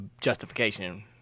justification